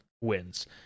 wins